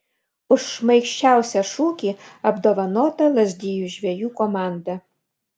už šmaikščiausią šūkį apdovanota lazdijų žvejų komanda